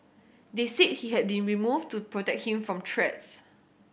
they said he had been removed to protect him from threats